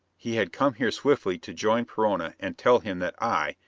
he had come here swiftly to join perona and tell him that i,